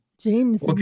James